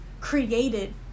created